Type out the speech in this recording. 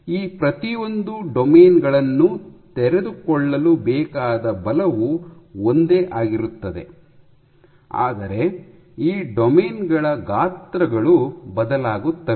ಈ ಪ್ರತಿಯೊಂದು ಡೊಮೇನ್ ಗಳನ್ನು ತೆರೆದುಕೊಳ್ಳಲು ಬೇಕಾದ ಬಲವು ಒಂದೇ ಆಗಿರುತ್ತದೆ ಆದರೆ ಈ ಡೊಮೇನ್ ಗಳ ಗಾತ್ರಗಳು ಬದಲಾಗುತ್ತವೆ